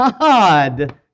God